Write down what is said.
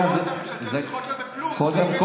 בוא נתקדם.